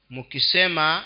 Mukisema